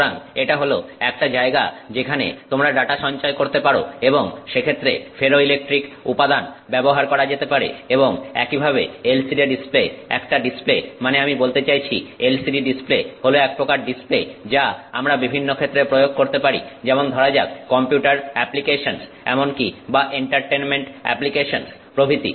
সুতরাং এটা হল একটা জায়গা যেখানে তোমরা ডাটা সঞ্চয় করতে পারো এবং সেক্ষেত্রে ফেরোইলেকট্রিক উপাদান ব্যবহার করা যেতে পারে এবং একইভাবে LCD ডিসপ্লে একটা ডিসপ্লে মানে আমি বলতে চাইছি LCD ডিসপ্লে হল একপ্রকার ডিসপ্লে যা আমরা বিভিন্ন ক্ষেত্রে প্রয়োগ করতে পারি যেমন ধরা যাক কম্পিউটার অ্যাপ্লিকেশনস এমনকি বা এন্টারটেনমেন্ট অ্যাপ্লিকেশনস প্রভৃতি